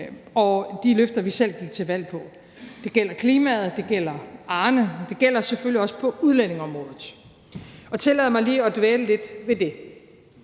og de løfter, vi selv gik til valg på. Det gælder klimaet, og det gælder Arne, men det gælder selvfølgelig også på udlændingeområdet, og tillad mig lige at dvæle lidt ved det.